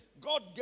God